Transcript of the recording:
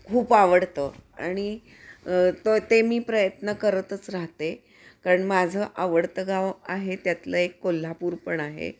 खूप आवडतं आणि त ते मी प्रयत्न करतच राहते कारण माझं आवडतं गाव आहे त्यातलं एक कोल्हापूर पण आहे